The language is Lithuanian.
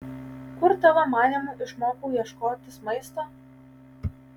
kur tavo manymu išmokau ieškotis maisto